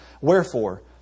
Wherefore